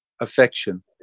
affection